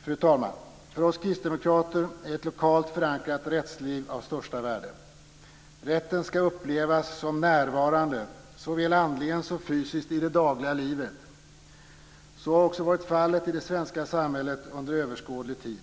Fru talman! För oss kristdemokrater är ett lokalt förankrat rättsliv av största värde. Rätten ska upplevas som närvarande såväl andligen som fysiskt i det dagliga livet. Så har också varit fallet i det svenska samhället under överskådlig tid.